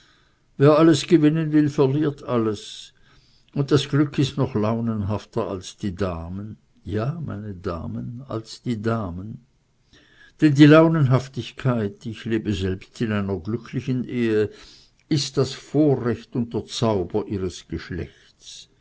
wer alles gewinnen will verliert alles und das glück ist noch launenhafter als die damen ja meine damen als die damen denn die launenhaftigkeit ich lebe selbst in einer glücklichen ehe ist das vorrecht und der zauber ihres geschlechts